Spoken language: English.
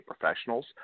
professionals